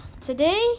Today